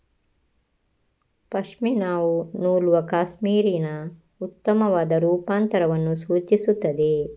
ಪಶ್ಮಿನಾವು ನೂಲುವ ಕ್ಯಾಶ್ಮೀರಿನ ಉತ್ತಮವಾದ ರೂಪಾಂತರವನ್ನು ಸೂಚಿಸುತ್ತದೆ